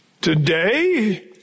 Today